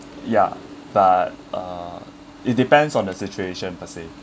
ya that uh it depends on the situation per se